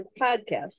podcast